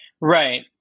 Right